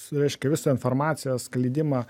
reiškia visos informacijos skleidimą